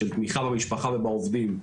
של תמיכה במשפחה ובעובדים,